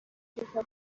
دوتا